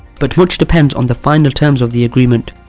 but much depends on the final terms of the agreement.